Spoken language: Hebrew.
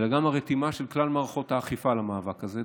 אלא גם הרתימה של כלל מערכות האכיפה למאבק הזה,